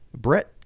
brett